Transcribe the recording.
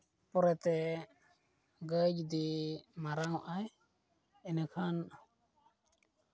ᱯᱚᱨᱮᱛᱮ ᱜᱟᱹᱭ ᱡᱩᱫᱤ ᱢᱟᱨᱟᱝᱼᱚᱜ ᱟᱭ ᱮᱸᱰᱮᱠᱷᱟᱱ